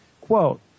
Quote